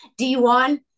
D1